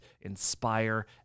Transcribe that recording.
inspire